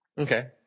Okay